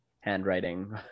handwriting